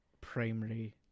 primary